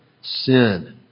sin